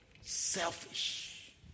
selfish